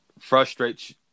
frustrates